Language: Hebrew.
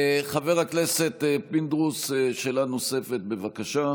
חבר הכנסת פינדרוס, שאלה נוספת, בבקשה.